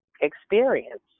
experience